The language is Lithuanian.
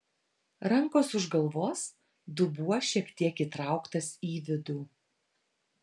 rankos už galvos dubuo šiek tiek įtrauktas į vidų